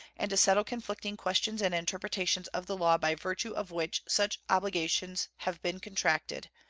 and to settle conflicting questions and interpretations of the law by virtue of which such obligations have been contracted,